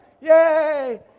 Yay